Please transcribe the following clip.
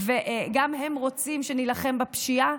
וגם הם רוצים שנילחם בפשיעה,